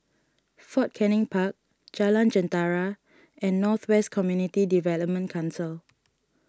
Fort Canning Park Jalan Jentera and North West Community Development Council